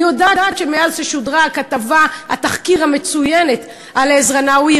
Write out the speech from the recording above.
אני יודעת שמאז שודרה כתבת התחקיר המצוינת על עזרא נאווי,